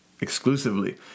exclusively